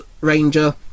Ranger